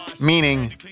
meaning